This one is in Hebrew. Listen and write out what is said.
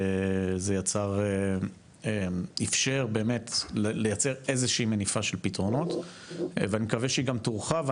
זה אפשר לייצר איזה שהיא מניפה של פתרונות ואני מקווה שהיא גם תורחב.